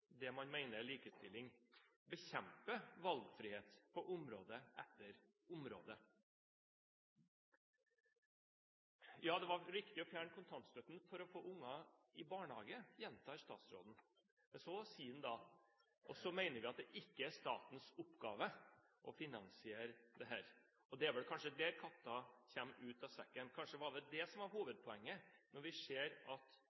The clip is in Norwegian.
det man mener er likestilling, bekjemper valgfrihet på område etter område. Det var riktig å fjerne kontantstøtten for å få unger i barnehage, gjentar statsråden. Så sier han at det ikke er statens oppgave å finansiere dette. Og det er kanskje der katta kommer ut av sekken; kanskje var det det som var hovedpoenget, når vi ser av statsbudsjettet at